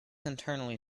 internally